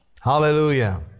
hallelujah